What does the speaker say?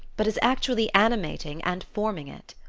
but as actually animating and forming it.